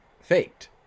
faked